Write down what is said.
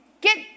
get